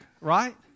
right